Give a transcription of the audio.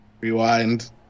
rewind